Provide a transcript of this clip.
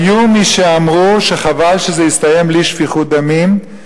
היו מי שאמרו שחבל שזה הסתיים בלי שפיכות דמים,